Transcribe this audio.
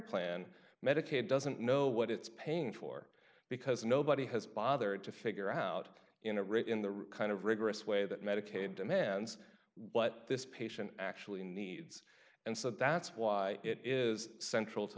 plan medicaid doesn't know what it's paying for because nobody has bothered to figure out in a writ in the kind of rigorous way that medicaid demands what this patient actually needs and so that's why it is central